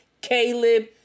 Caleb